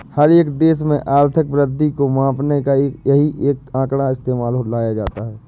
हर एक देश में आर्थिक वृद्धि को मापने का यही एक आंकड़ा इस्तेमाल में लाया जाता है